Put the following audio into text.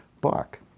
book